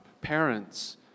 parents